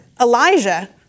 Elijah